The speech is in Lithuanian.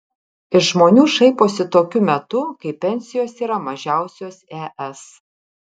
iš žmonių šaiposi tokiu metu kai pensijos yra mažiausios es